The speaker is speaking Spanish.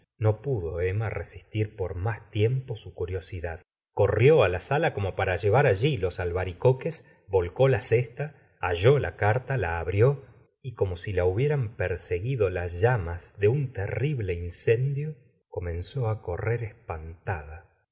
no pudo emma resistir por más tiempo su curiosidad corrió á la sala como para llevar alli los albaricoques volcó la cesta halló la carta la abrió y como si la hubieran perseguido las llamas de un terrible incendio comenzó á correr espantada